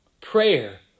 Prayer